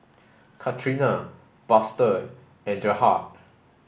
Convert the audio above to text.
Katrina Buster and Gerhardt